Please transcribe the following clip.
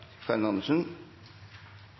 Karin Andersen